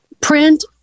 Print